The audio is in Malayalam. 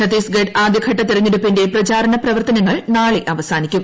ഛത്തീസ്ഗഡ് ആദ്യഘട്ട തെരഞ്ഞെടുപ്പിന്റെ പ്രചാരണ പ്രവർത്തനങ്ങൾ നാളെ അവസാനിക്കും